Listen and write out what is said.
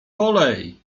kolej